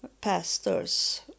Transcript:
pastors